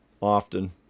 often